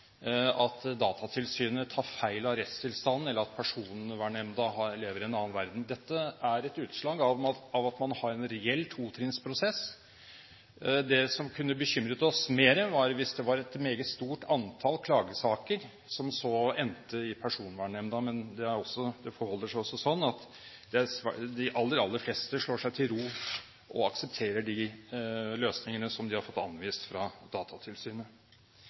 at Datatilsynet tar feil av rettstilstanden, eller at Personvernnemnda lever i en annen verden. Dette er et utslag av at man har en reell totrinnsprosess. Det som kunne bekymret oss mer, var hvis det var et meget stort antall klagesaker som endte i Personvernnemnda. Men det forholder seg også slik at de aller, aller fleste slår seg til ro og aksepterer de løsningene som de har fått anvist fra Datatilsynet.